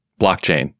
Blockchain